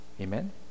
Amen